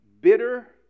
bitter